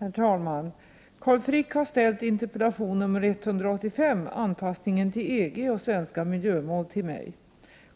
Herr talman! Carl Frick har ställt interpellation nr 185 om anpassningen till EG och svenska miljömål till mig.